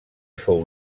fou